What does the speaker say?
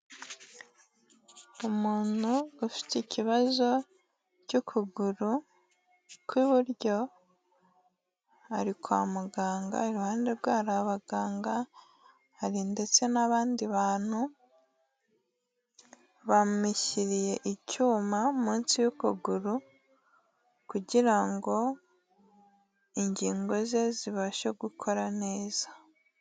Umuntu ufite ikibazo cy'ukuguru kw'iburyo ari kwa muganga, iruhande rwe hari abaganga hari ndetse n'abandi bantu bamushyiriye icyuma munsi y'ukuguru kugira ngo ingingo ze zibashe gukora neza.